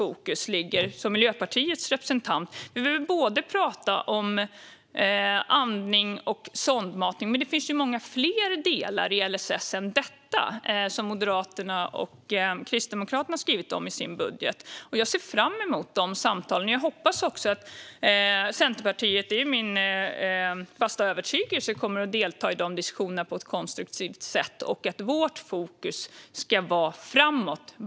Och som Miljöpartiets representant har jag mitt fokus på detta. Vi vill tala om både andning och sondmatning. Men det finns många fler delar i LSS än detta som Moderaterna och Kristdemokraterna har skrivit om i sin budget. Jag ser fram emot dessa samtal. Jag hoppas också att Centerpartiet - det är min fasta övertygelse - kommer att delta i dessa diskussioner på ett konstruktivt sätt och att vårt fokus ska vara framåt.